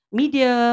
media